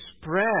spread